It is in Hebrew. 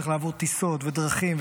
צריך לעבור טיסות ודרכים,